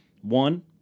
One